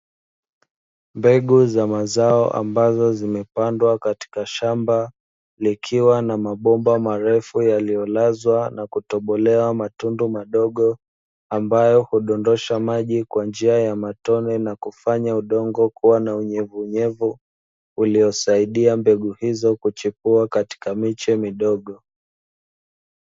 Mbegu za mazao ambazo zimepandwa katika shamba likiwa na mabomba marefu yaliyolazwa na kutobolewa matundu madogo, ambayo hudondosha maji kwa njia ya matone na kufanya udongo kuwa na unyevunyevu uliosaidia mbegu hizo kuchipua katika miche midogo.